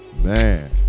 Man